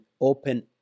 open